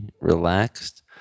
relaxed